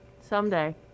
Someday